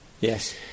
Yes